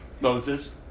Moses